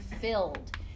filled